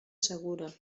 segura